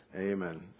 Amen